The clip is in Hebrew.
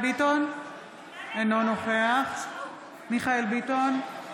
אינו נוכח מיכאל מרדכי ביטון,